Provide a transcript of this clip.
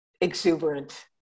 exuberant